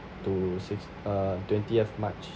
to six uh twentieth much